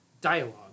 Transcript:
dialogue